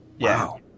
Wow